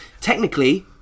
Technically